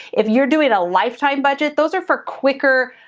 if you're doing a lifetime budget, those are for quicker,